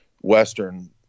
Western